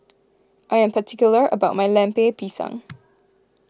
I am particular about my Lemper Pisang